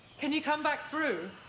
can you come back through?